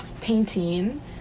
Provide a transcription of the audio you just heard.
painting